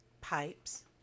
pipes